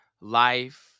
life